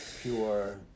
pure